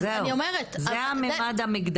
אז זהו, זה הממד המגדרי.